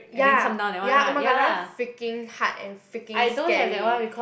ya ya oh-my-god that one freaking hard and freaking scary